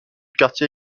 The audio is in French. quartier